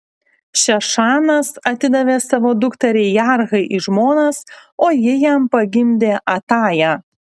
šešanas atidavė savo dukterį jarhai į žmonas o ji jam pagimdė atają